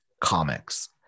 comics